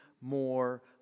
more